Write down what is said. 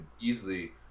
easily